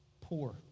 poor